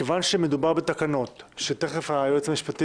מכיוון שמדובר בתקנות תיכף היועץ המשפטי